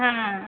हां